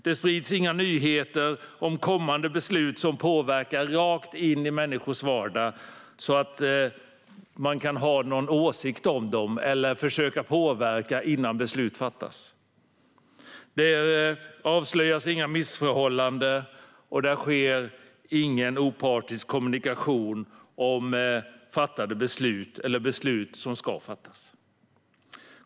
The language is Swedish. Det sprids inga nyheter om kommande beslut, som påverkar rakt in i människors vardag, så att man kan ha någon åsikt om dem eller försöka påverka innan beslut fattas. Det avslöjas inga missförhållanden och sker ingen opartisk kommunikation om fattade beslut eller beslut som ska fattas.